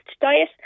diet